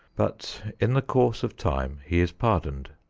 but in the course of time he is pardoned.